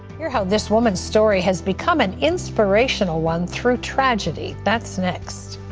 hear how this woman's story has become an inspirational one through tragedy. that's next.